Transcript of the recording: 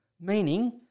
meaning